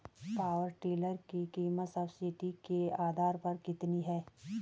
Power tiller की कीमत subsidy के आधार पर कितनी है?